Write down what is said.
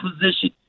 position